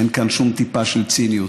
ואין כאן שום טיפה של ציניות.